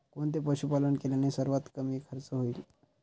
कोणते पशुपालन केल्याने सर्वात कमी खर्च होईल?